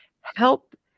help